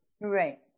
right